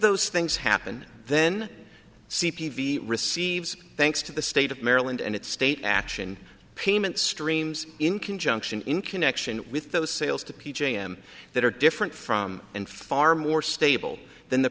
those things happen then c p v receives thanks to the state of maryland and its state action payment streams in conjunction in connection with those sales to p j m that are different from and far more stable than the